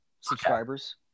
subscribers